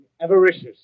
avaricious